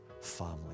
family